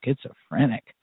schizophrenic